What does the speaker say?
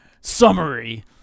summary